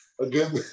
again